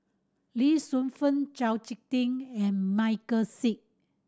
Lee Shu Fen Chau Sik Ting and Michael Seet